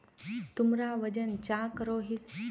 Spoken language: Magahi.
तुमरा वजन चाँ करोहिस?